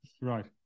right